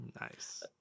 Nice